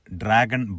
dragon